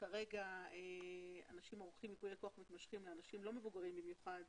כרגע אנשים עורכים ייפויי כוח מתמשכים לאנשים לא מבוגרים במיוחד